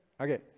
Okay